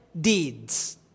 deeds